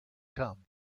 come